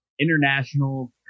international